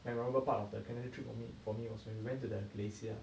memorable part of the Canada trip for me for me was when we went to the glacier